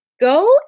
Go